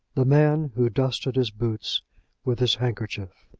the man who dusted his boots with his handkerchief.